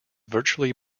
virtually